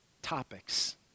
topics